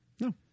No